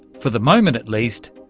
for the moment at least,